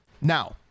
Now